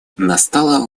настало